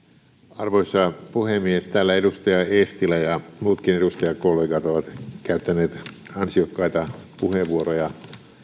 arvoisa puhemies täällä edustaja eestilä ja muutkin edustajakollegat ovat käyttäneet ansiokkaita puheenvuoroja